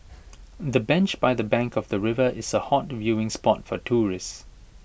the bench by the bank of the river is A hot viewing spot for tourists